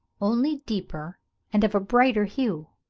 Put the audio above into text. only deeper and of a brighter hue.